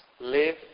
Live